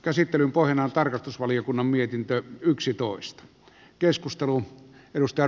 käsittelyn pohjana on tarkastusvaliokunnan mietintö